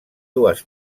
dues